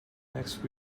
next